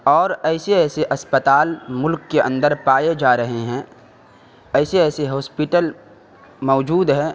اور ایسے ایسے اسپتال ملک کے اندر پائے جا رہے ہیں ایسے ایسے ہاسپیٹل موجود ہیں